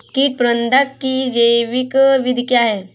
कीट प्रबंधक की जैविक विधि क्या है?